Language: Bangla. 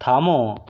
থামো